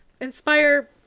inspire